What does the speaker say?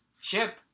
Chip